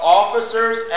officers